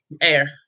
air